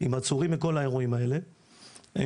מכל האירועים האלה,